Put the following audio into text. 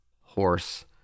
horse